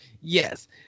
Yes